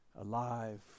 alive